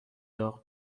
داغ